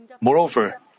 Moreover